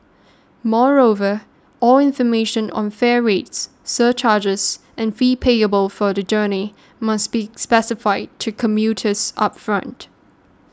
moreover all information on fare rates surcharges and fees payable for the journey must be specified to commuters upfront